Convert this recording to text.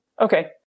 Okay